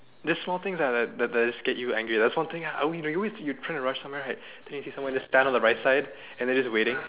this small things lah like like like like just get you angry like small thing ah when you're trying to rush somewhere right then you see someone just stand at the right side and just waiting